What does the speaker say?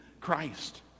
Christ